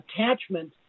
attachment